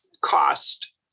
cost